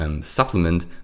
supplement